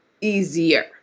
easier